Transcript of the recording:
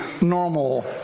normal